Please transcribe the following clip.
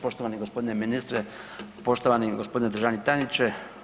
Poštovani gospodine ministre, poštovani gospodine državni tajniče.